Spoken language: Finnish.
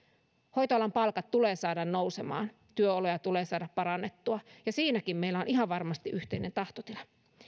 hoitoalan palkat tulee saada nousemaan työoloja tulee saada parannettua siinäkin meillä on ihan varmasti yhteinen tahtotila